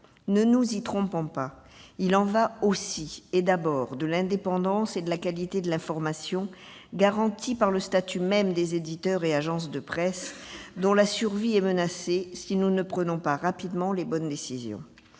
Ne nous y trompons pas, il y va aussi et d'abord de l'indépendance et de la qualité de l'information, garantie par le statut même des éditeurs et agences de presse, dont la survie est menacée si nous ne prenons pas rapidement les bonnes décisions.